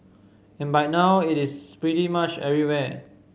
and by now it is pretty much everywhere